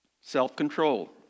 self-control